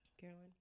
Carolyn